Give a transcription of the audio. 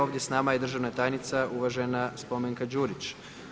Ovdje s nama je državna tajnica uvažena Spomenka Đurić.